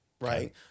right